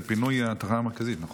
זה פינוי התחנה המרכזית בתל אביב-יפו,